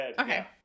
okay